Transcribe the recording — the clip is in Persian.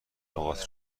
لغات